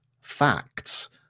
facts